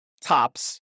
tops